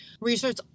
Research